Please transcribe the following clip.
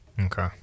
Okay